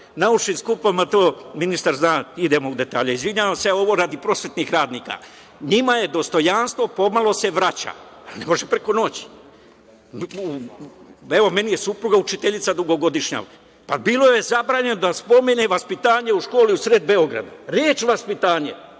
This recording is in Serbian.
naučnim skupovima, to ministar zna, idemo u detalje. Izvinjavam se, ali ovo radi prosvetnih radnika. Njima se dostojanstvo pomalo vraća, ne može preko noći. Evo, meni je supruga dugogodišnja učiteljica. Bilo joj je zabranjeno da spominje vaspitanje u školi u sred Beograda, reč vaspitanje,